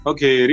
Okay